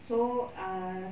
so uh